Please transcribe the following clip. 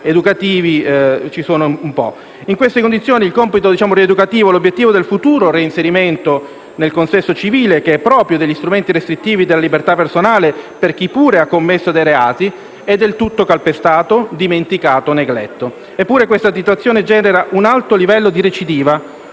educativi un po' ci sono. In queste condizioni, il compito rieducativo e l'obiettivo del futuro reinserimento nel consesso civile, che è proprio degli strumenti restrittivi della libertà personale per chi pure ha commesso dei reati, è del tutto calpestato, dimenticato e negletto. Eppure questa situazione genera un alto livello di recidiva,